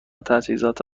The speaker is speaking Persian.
تجهیزات